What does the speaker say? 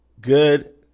Good